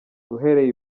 uhereye